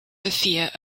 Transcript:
sophia